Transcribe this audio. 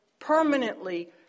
permanently